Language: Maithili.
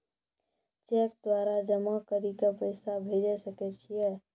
चैक द्वारा जमा करि के पैसा भेजै सकय छियै?